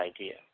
idea